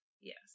Yes